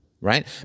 right